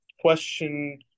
question